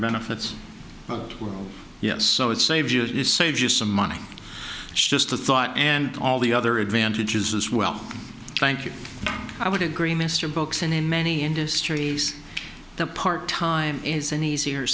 benefits were yes so it's a view it is saves you some money it's just a thought and all the other advantages as well thank you i would agree mr brooks and in many industries the part time is an easier